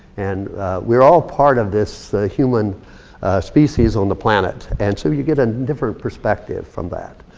and we're all part of this human species on the planet. and so you get a different perspective from that.